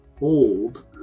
old